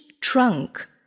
trunk